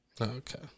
Okay